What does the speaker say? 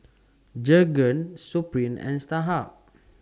Jergens Supreme and Starhub